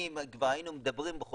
מבחינתי אם כבר היינו מדברים חודשיים,